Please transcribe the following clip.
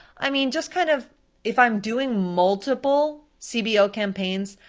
i mean just kind of if i'm doing multiple cbo campaigns,